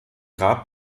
grab